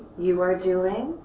you are doing.